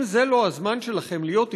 אם זה לא הזמן שלכם להיות אתי,